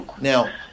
Now